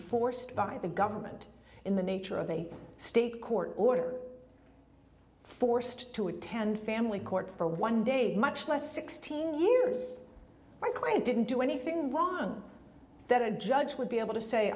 forced by the government in the nature of a state court order forced to attend family court for one day much less sixteen years bikeway didn't do anything wrong that a judge would be able to say